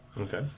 Okay